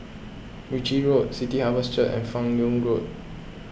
Ritchie Road City Harvest Church and Fan Yoong Road